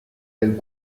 del